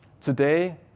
Today